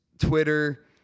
Twitter